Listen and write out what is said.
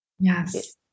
Yes